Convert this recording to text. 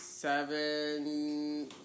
Seven